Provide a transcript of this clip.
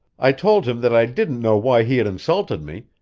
i told him that i didn't know why he had insulted me,